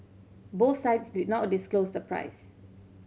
both sides did not disclose the price